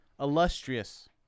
illustrious